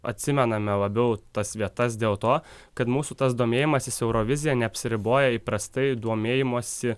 atsimename labiau tas vietas dėl to kad mūsų tas domėjimasis eurovizija neapsiriboja įprastai domėjimosi